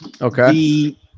Okay